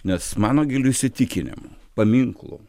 nes mano giliu įsitikinimu paminklų